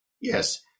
Yes